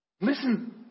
Listen